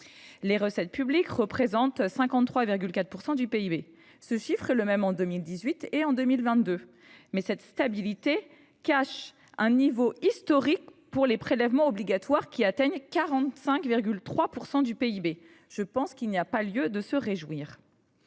Les recettes publiques représentent 53,4 % du PIB. Ce chiffre est le même en 2018 et en 2022, mais cette stabilité cache un niveau historique pour les prélèvements obligatoires, qui atteignent 45,3 % du PIB. Je pense qu’il n’y a pas lieu de se réjouir…